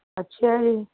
ਅੱਛਾ ਜੀ